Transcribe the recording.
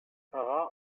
sara